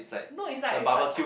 no it's like it's like